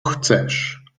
chcesz